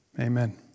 Amen